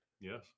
yes